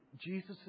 Jesus